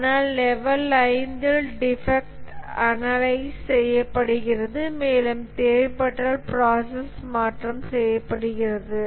ஆனால் லெவல் 5 இல் defect analyse செய்யப்படுகிறது மேலும் தேவைப்பட்டால் ப்ராசஸ் மாற்றம் செய்யப்படுகிறது